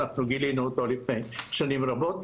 גילינו אותו לפני שנים רבות,